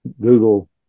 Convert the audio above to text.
Google